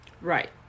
Right